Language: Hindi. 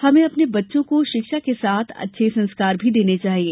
हमें अपने बच्चों को शिक्षा के साथ अच्छे संस्कार भी देना चाहिए